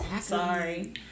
Sorry